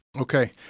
Okay